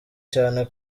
cyane